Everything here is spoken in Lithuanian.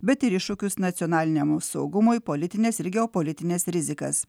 bet ir iššūkius nacionaliniam saugumui politines ir geopolitines rizikas